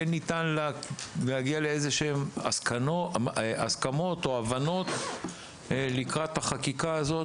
ניתן להגיע להסכמות או הבנות כלשהן לקראת החקיקה הזאת.